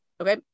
okay